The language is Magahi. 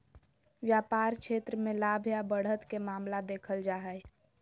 व्यापार क्षेत्र मे लाभ या बढ़त के मामला देखल जा हय